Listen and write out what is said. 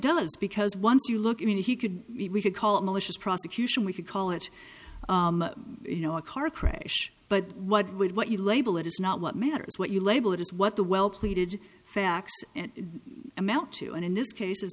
does because once you look i mean if you could we could call it malicious prosecution we could call it you know a car crash but what would what you label it is not what matters what you label it as what the well pleaded facts and amount to and in this case